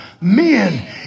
men